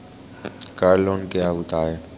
Car loan क्या होता है?